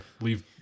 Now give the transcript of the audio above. leave